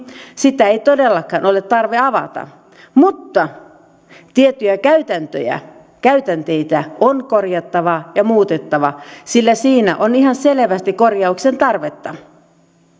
sitä ei todellakaan ole tarvetta avata mutta tiettyjä käytäntöjä käytänteitä on korjattava ja muutettava sillä siinä on ihan selvästi korjauksen tarvetta